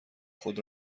خود